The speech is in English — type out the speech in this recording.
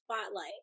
spotlight